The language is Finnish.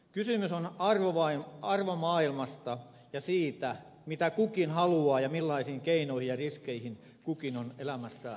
kysymys on arvomaailmasta ja siitä mitä kukin haluaa ja millaisiin keinoihin ja riskeihin kukin on elämässään valmis